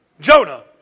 Jonah